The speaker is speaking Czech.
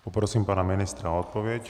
Poprosím pana ministra o odpověď.